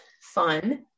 fun